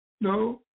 No